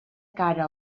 cara